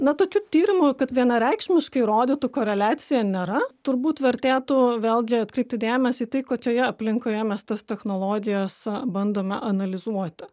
na tokių tyrimų kad vienareikšmiškai rodytų koreliaciją nėra turbūt vertėtų vėlgi atkreipti dėmesį į tai kokioje aplinkoje mes tas technologijas bandome analizuoti